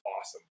awesome